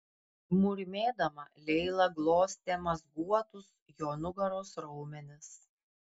murmėdama leila glostė mazguotus jo nugaros raumenis